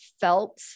felt